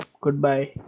goodbye